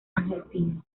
argentino